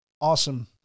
awesome